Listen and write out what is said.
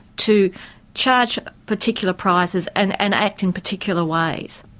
to charge particular prices and and act in particular ways.